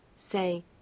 Say